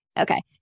Okay